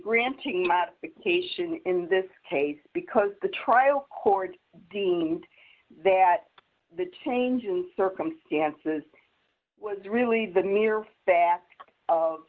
granting modification in this case because the trial court deemed that the change in circumstances was really the mere fact of